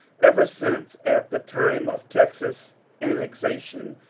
ever since, at the time of texas annexation,